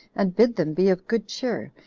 and bid them be of good cheer,